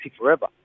forever